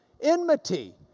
enmity